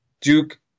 Duke